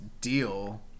deal